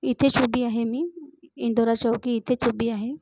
इथेच उभी आहे मी इंदोरा चौकी इथेच उभी आहे